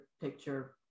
picture